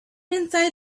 inside